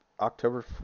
October